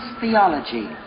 theology